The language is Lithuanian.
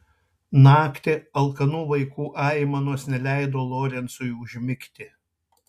naktį alkanų vaikų aimanos neleido lorencui užmigti